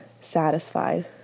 satisfied